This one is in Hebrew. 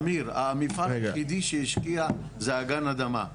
אמיר, המפעל היחידי שהשקיע זה אגן אדמה.